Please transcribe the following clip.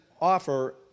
offer